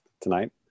tonight